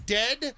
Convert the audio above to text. dead